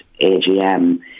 AGM